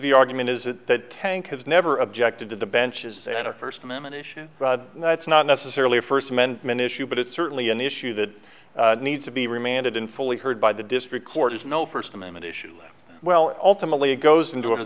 the argument is that tank has never objected to the benches and a first amendment issue and that's not necessarily a first amendment issue but it's certainly an issue that needs to be remanded in fully heard by the district court is no first amendment issue well ultimately it goes into